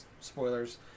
spoilers